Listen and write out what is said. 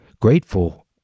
grateful